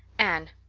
anne,